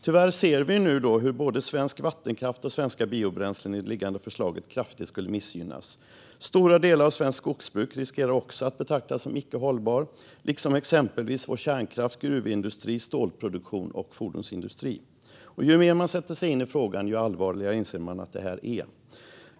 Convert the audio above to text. Tyvärr ser vi nu hur både svensk vattenkraft och svenska biobränslen i det liggande förslaget kraftigt skulle missgynnas. Stora delar av svenskt skogsbruk riskerar också att betraktas som icke hållbart, liksom exempelvis vår kärnkraft, gruvindustri, stålproduktion och fordonsindustri. Ju mer man sätter sig in i frågan, desto allvarligare inser man att den är.